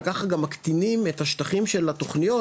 וככה גם מקטינים את השטחים של התוכניות,